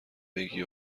بگی